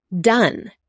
done